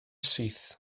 syth